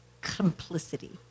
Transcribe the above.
complicity